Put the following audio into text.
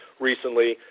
recently